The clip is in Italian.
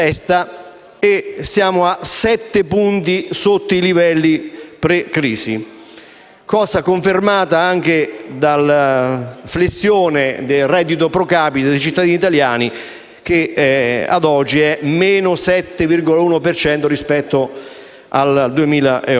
e siamo a sette punti sotto i livelli pre-crisi, cosa confermata anche dalla flessione del reddito *pro capite* dei cittadini italiani, che a oggi è inferiore del 7,1